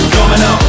Domino